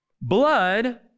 Blood